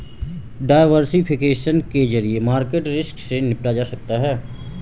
diversification के जरिए market risk से निपटा जा सकता है